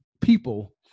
people